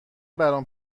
برام